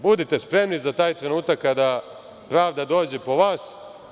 Budite spremni za taj trenutak kada pravda dođe po vas.